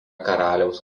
karaliaus